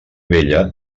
vella